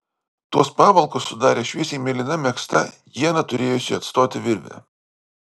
tuos pavalkus sudarė šviesiai mėlyna megzta ieną turėjusi atstoti virvė